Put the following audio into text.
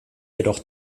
jedoch